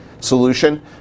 solution